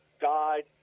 died